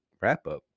Wrap-Up